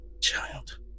Child